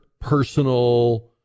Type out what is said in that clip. personal